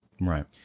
Right